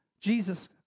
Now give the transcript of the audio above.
Jesus